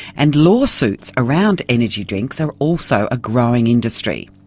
and law suits around energy drinks are also a growing industry.